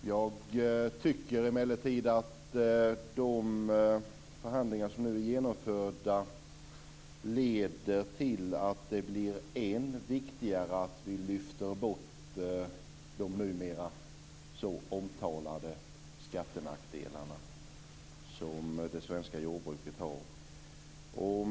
Jag tycker emellertid att de förhandlingar som nu är genomförda leder till att det blir än viktigare att vi lyfter bort de numera så omtalade skattenackdelarna som det svenska jordbruket har.